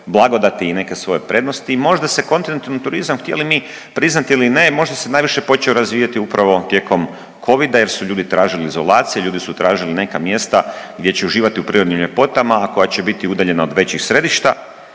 i neke svoje prednosti i možda se kontinentalni turizam htjeli mi priznati ili ne možda se najviše počeo razvijati upravo tijekom Covida jer su ljudi tražili izolacije, ljudi su tražili neka mjesta gdje će uživati u prirodnim ljepotama, a koja će biti udaljena od većih središta.